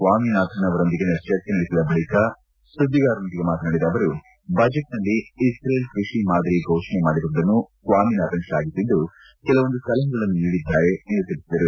ಸ್ವಾಮಿನಾಥನ್ ಅವರೊಂದಿಗೆ ಚರ್ಚೆ ನಡೆಸಿದ ಬಳಿಕ ಸುದ್ದಿಗಾರರೊಂದಿಗೆ ಮಾತನಾಡಿದ ಅವರು ಬಜೆಟ್ ನಲ್ಲಿ ಇಕ್ರೇಲ್ ಕೃಷಿ ಮಾದರಿ ಘೋಷಣೆ ಮಾಡಿರುವುದನ್ನು ಸ್ವಾಮಿನಾಥನ್ ಶ್ಲಾಘಿಸಿದ್ದು ಕೆಲವೊಂದು ಸಲಹೆಗಳನ್ನು ನೀಡಿದ್ದಾರೆ ಎಂದು ತಿಳಿಸಿದರು